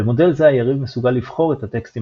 במודל זה היריב מסוגל "לבחור" את הטקסטים